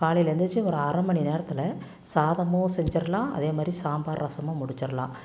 காலையில் எந்திருச்சு ஒரு அரை மணி நேரத்தில் சாதமும் செஞ்சிடலாம் அதேமாதிரி சாம்பார் ரசமும் முடிச்சிடலாம்